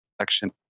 action